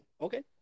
Okay